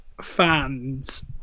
fans